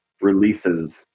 releases